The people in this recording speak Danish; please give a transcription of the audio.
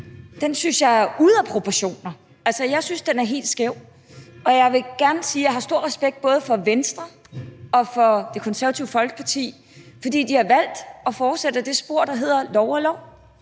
synes jeg er ude af proportioner. Altså, jeg synes, den er helt skæv. Jeg vil gerne sige, at jeg har stor respekt for både Venstre og Det Konservative Folkeparti, fordi de har valgt at fortsætte ad det spor, der handler om, at lov